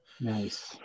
Nice